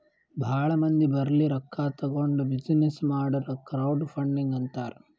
ಭಾಳ ಮಂದಿ ಬಲ್ಲಿ ರೊಕ್ಕಾ ತಗೊಂಡ್ ಬಿಸಿನ್ನೆಸ್ ಮಾಡುರ್ ಕ್ರೌಡ್ ಫಂಡಿಂಗ್ ಅಂತಾರ್